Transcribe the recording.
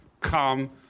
come